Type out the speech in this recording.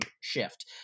shift